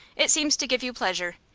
it seems to give you pleasure.